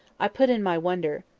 i put in my wonder.